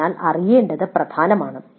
അതിനാൽ അറിയേണ്ടത് പ്രധാനമാണ്